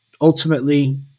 ultimately